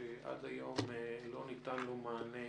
שעד היום לא ניתן לו מענה